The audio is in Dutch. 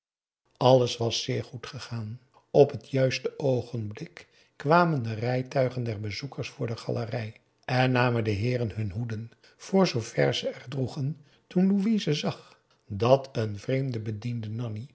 alles was zeer goed gegaan op het juiste oogenblik kwamen de rijtuigen der bezoekers voor de galerij en namen de heeren hun hoeden voorzoover ze er droegen toen louise zag dat een vreemde bediende nanni